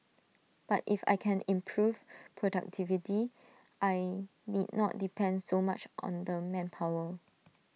but if I can improve productivity I need not depend so much on the manpower